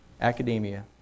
academia